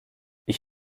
ich